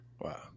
Wow